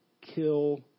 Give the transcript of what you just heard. kill